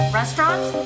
Restaurant